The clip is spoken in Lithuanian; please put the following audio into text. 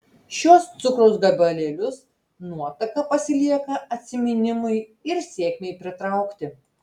šiuos cukraus gabalėlius nuotaka pasilieka atsiminimui ir sėkmei pritraukti